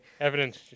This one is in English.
Evidence